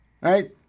right